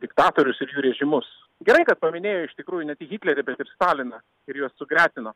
diktatorius ir jų režimus gerai kad paminėjo iš tikrųjų ne tik hitlerį bet ir staliną ir juos sugretino